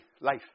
life